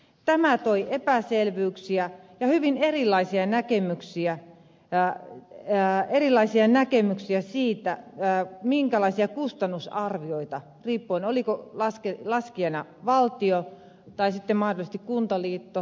tämä toi epäselvyyksiä ja hyvin erilaisia näkemyksiä siitä minkälaisia kustannusarvioita oli tehty riippuen siitä oliko laskijana valtio tai sitten mahdollisesti kuntaliitto tai kunnat